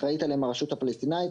אחראית עליהם הרשות הפלסטינית,